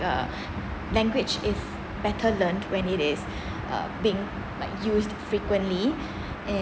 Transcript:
the language is better learned when it is uh being like use frequently and